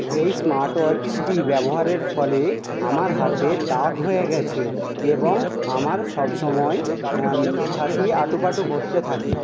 এই স্মার্টওয়াচটি ব্যবহারের ফলে আমার হাতে দাগ হয়ে গিয়েছে এবং আমার সব সময় ছাতি আঁটু পাঁটু করতে থাকে